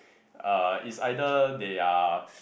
uh is either they are